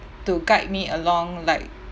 to guide me along like